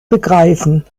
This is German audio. begreifen